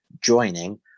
joining